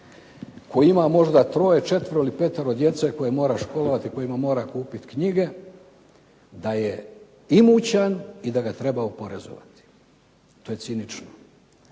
koji ima možda troje, četvero ili petero djece koje mora školovati, kojima mora kupiti knjige, da je imućan i da ga treba oporezovati. To je cinično.